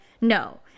No